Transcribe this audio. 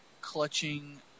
clutching